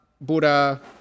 Buddha